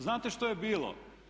Znate što je bilo?